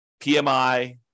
PMI